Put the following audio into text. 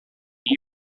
new